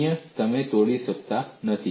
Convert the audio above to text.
અન્ય તમે તોડી શક્યા નથી